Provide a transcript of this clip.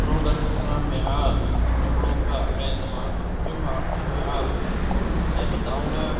products کا معیار کپڑوں کا اعتماد معیار میں بتاؤں گا